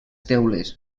teules